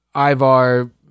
Ivar